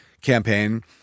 campaign